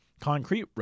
concrete